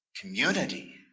community